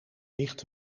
licht